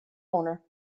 owner